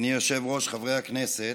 אדוני היושב-ראש, חברי הכנסת,